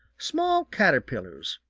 small caterpillars,